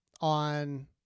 on